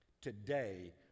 today